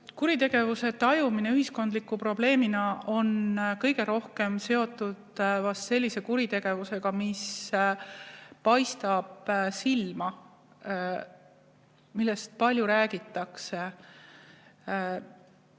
Kuritegevuse tajumine ühiskondliku probleemina on kõige rohkem seotud vahest sellise kuritegevusega, mis paistab silma, millest palju räägitakse.